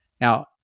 Now